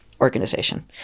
organization